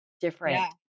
different